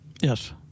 Yes